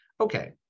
Okay